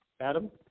Adam